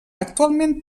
actualment